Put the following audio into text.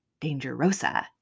Dangerosa